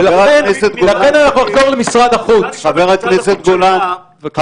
אנחנו לא פוגעים בשטחי A ו-B, יאיר.